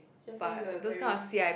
just give a very